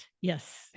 yes